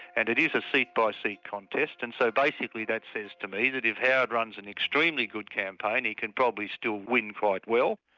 and it is a seat-by-seat contest, and so basically that says to me that if howard runs an extremely good campaign, he can probably still win quite well.